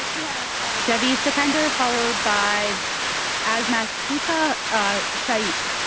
have javeed sakhander followed by asma suka shaik.